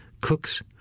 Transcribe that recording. cooks